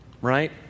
Right